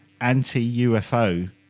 anti-UFO